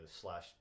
slash